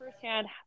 firsthand